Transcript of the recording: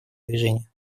движение